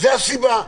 זו הסיבה.